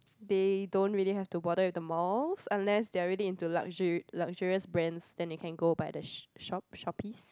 they don't really have to bother with the malls unless they're really into luxur~ luxurious brands then they can go by the sh~ shop shoppes